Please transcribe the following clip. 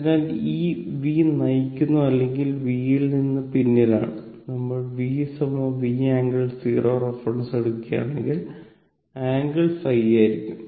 അതിനാൽ ഈ v നയിക്കുന്നു അല്ലെങ്കിൽV യിൽ നിന്ന് പിന്നിലാണ് നമ്മൾ v V ആംഗിൾ 0 റഫറൻസ് എടുക്കുകയാണെങ്കിൽ ആംഗിൾ ϕ ആയിരിക്കും